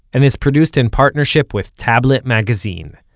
and is produced in partnership with tablet magazine.